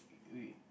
we